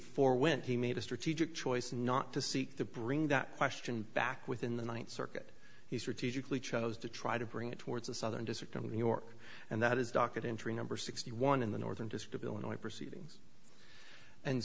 for when he made a strategic choice not to seek to bring that question back within the ninth circuit he's repeatedly chose to try to bring it towards the southern district of new york and that is docket entry number sixty one in the northern district of illinois proceedings and